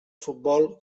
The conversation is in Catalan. futbol